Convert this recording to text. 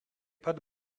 pat